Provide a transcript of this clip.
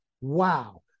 Wow